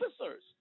officers